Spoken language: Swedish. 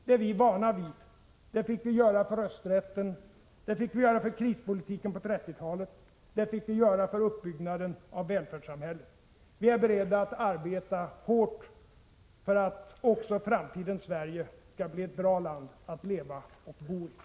Det är vi vana vid. Det fick vi göra för rösträtten. Det fick vi göra för krispolitiken på 1930-talet. Det fick vi göra för uppbyggnaden av välfärdssamhället. Vi är beredda att arbeta hårt också för att framtidens Sverige skall bli ett bra land att leva och bo i.